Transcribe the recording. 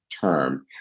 term